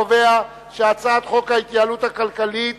להעביר את הצעת חוק ההתייעלות הכלכלית